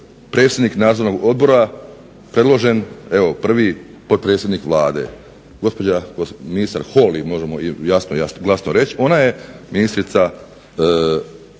predložen evo prvi potpredsjednik Vlade. Gospođa ministar Holy možemo jasno i glasno reći ona je ministrica